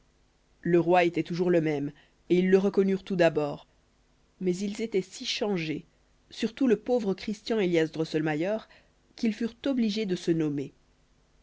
le roi était toujours le même et ils le reconnurent tout d'abord mais ils étaient si changés surtout le pauvre christian élias drosselmayer qu'ils furent obligés de se nommer